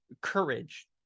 courage